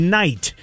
night